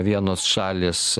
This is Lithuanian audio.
vienos šalys